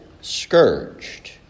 scourged